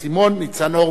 ניצן הורוביץ ודב חנין,